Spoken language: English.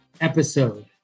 episode